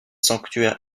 sanctuaires